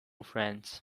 friends